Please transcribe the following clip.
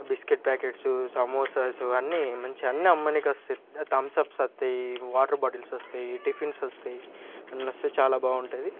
biscuit packets samosas అన్నీ మంచిగా అన్నీ అమ్మడానికి వస్తాయి థమ్సప్స్ వస్తాయి వాటర్ బాటిల్స్ వస్తాయి టిఫిన్స్ వస్తాయి అన్నీ వస్తాయి చాలా బాగుంటుంది